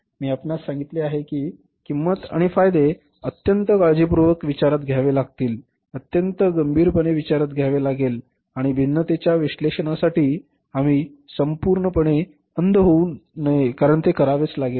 मी आपणास सांगितले आहे की किंमत आणि फायदे अत्यंत काळजीपूर्वक विचारात घ्यावे लागतील अत्यंत गंभीरपणे विचारात घ्यावे लागेल आणि भिन्नतेच्या विश्लेषणासाठी आम्ही पूर्णपणे अंध होऊ नये कारण ते करावेच लागेल